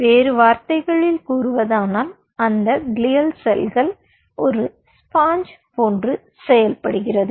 வேறு வார்த்தைகளில் கூறுவதானால் அந்த கிளைல் செல்கள் ஒரு ஸ்பாஞ் போன்று செயல்படுகிறது